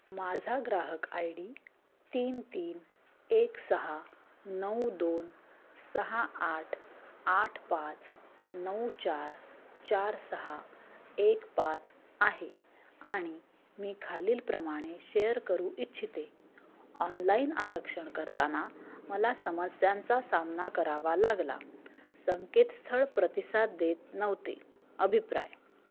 माझा ग्राहक I D तीन तीन एक सहा नऊ दोन सहा आठ आठ पाच नऊ चार चार सहा एक पाच आहे आणि मी खालीलप्रमाणे शेअर करू इच्छिते ऑनलाईन आरक्षण करताना मला समस्यांचा सामना करावा लागला संकेतस्थळ प्रतिसाद देत नव्हते अभिप्राय